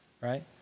right